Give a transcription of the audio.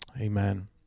amen